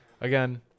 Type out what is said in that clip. Again